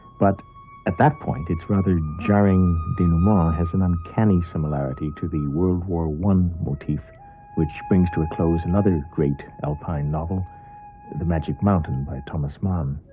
but at that point its rather jarring denouement has an uncanny similarity to the world war one motif which brings to a close another great alpine novel the magic mountain by thomas mann.